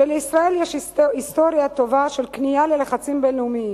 לישראל יש היסטוריה טובה של כניעה ללחצים בין-לאומיים,